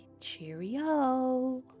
Cheerio